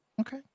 Okay